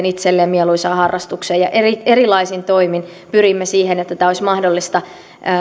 itselle mieluisaan harrastukseen ja erilaisin toimin pyrimme siihen että tämä olisi mahdollista